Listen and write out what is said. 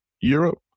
Europe